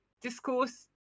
discourse